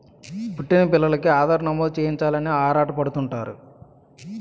పుట్టిన పిల్లోలికి ఆధార్ నమోదు చేయించాలని ఆరాటపడుతుంటారు